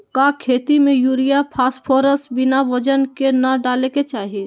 का खेती में यूरिया फास्फोरस बिना वजन के न डाले के चाहि?